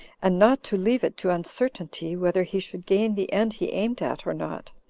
and not to leave it to uncertainty whether he should gain the end he aimed at or not,